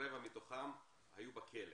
רבע מתוכם היו בכלא.